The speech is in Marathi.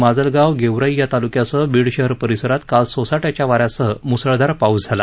माजलगाव गेवराई या तालुक्यासह बीड शहर परिसरात काल सोसाटयाच्या वाऱ्यासह मुसळधार पाऊस झाला